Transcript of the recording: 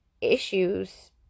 issues